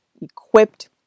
equipped